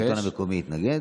תגמול, והשלטון המקומי התנגד.